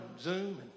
Zoom